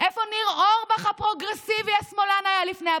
איפה ניר אורבך הפרוגרסיבי השמאלן היה לפני הבחירות?